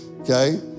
okay